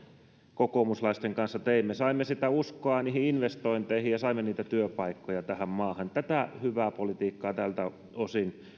kokoomuslaisten kanssa teimme saimme uskoa investointeihin ja saimme työpaikkoja tähän maahan tätä hyvää politiikkaa tältä osin